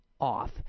off